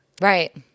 Right